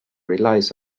relies